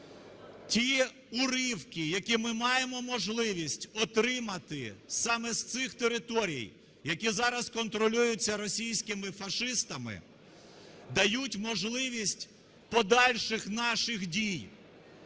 Ті уривки, які ми маємо можливість отримати саме з цих територій, які зараз контролюються російськими фашистами, дають можливість подальших наших дій